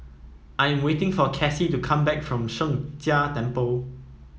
I am waiting for Kassie to come back from Sheng Jia Temple